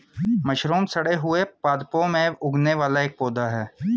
mushroom सड़े हुए पादपों में उगने वाला एक पौधा है